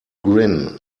grin